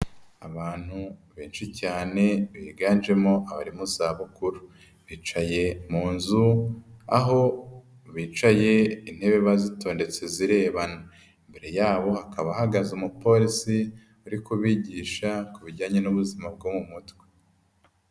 Abantu benshi cyane biganjemo abari mu iz'abukuru. Bicaye mu nzu, aho bicaye intebe bazitondetse zirebana. Imbere yabo hakaba hahagaze umupolisi, urikubigisha ku bijyanye n'ubuzima bwo mu mutwe.